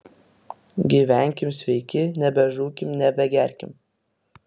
gyvenkim sveiki nebežūkim nebegerkim